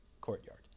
courtyard